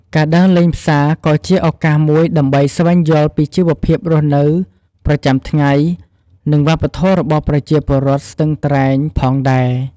ការដើរលេងផ្សារក៏ជាឱកាសមួយដើម្បីស្វែងយល់ពីជីវភាពរស់នៅប្រចាំថ្ងៃ និងវប្បធម៌របស់ប្រជាពលរដ្ឋស្ទឹងត្រែងផងដែរ។